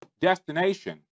destination